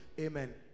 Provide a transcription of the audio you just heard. Amen